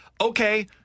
okay